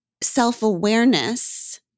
self-awareness